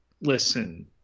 listen